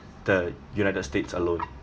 the united states alone